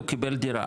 הוא קיבל דירה,